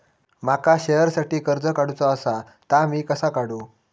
माका शेअरसाठी कर्ज काढूचा असा ता मी कसा काढू?